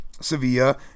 Sevilla